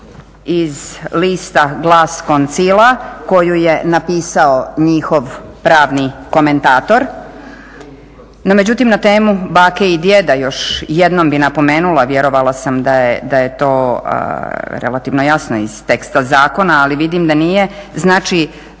iz lista "Glas koncila" koju je napisao njihov pravni komentator, no međutim na temu bake i djeda još jednom bih napomenula, vjerovala sam da je to relativno jasno iz teksta zakona, ali vidim da nije. Znači,